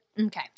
Okay